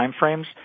timeframes